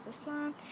islam